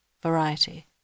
variety